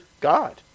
God